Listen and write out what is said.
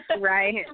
Right